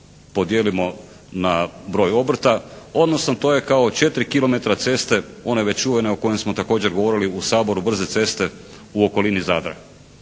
podijelimo na broj obrta, odnosno to je kao 4 kilometra ceste one već čuvene o kojoj smo također govorili u Saboru, brze ceste u okolini Zadra.